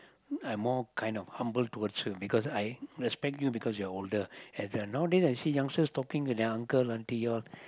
I'm more quite of humble towards you because I respect you because you're older and the nowadays I see youngsters talking their uncle auntie all